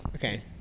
Okay